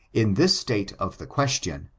in this state of the question,